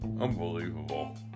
unbelievable